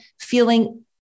feeling